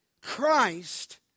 Christ